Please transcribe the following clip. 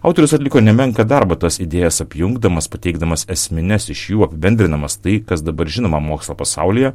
autorius atliko nemenką darbą tas idėjas apjungdamas pateikdamas esmines iš jų apibendrinamas tai kas dabar žinoma mokslo pasaulyje